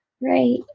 Right